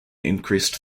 increased